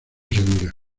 segura